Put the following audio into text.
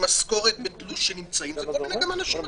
במשכורת ועם תלוש, זה גם כל מיני אנשים אחרים,